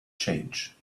change